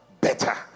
better